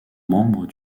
membres